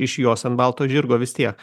išjos ant balto žirgo vis tiek